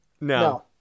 No